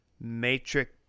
Matrix